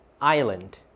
Island